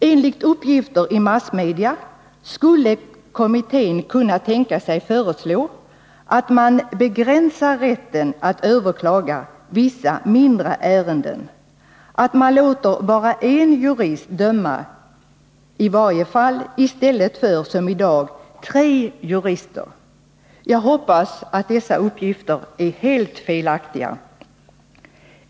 Enligt uppgifter i massmedia skulle kommittén kunna tänka sig att föreslå att rätten att överklaga vissa mindre ärenden begränsas, att bara en jurist får döma — i varje fall inte tre, som i dag är fallet. Jag hoppas att dessa uppgifter är helt felaktiga.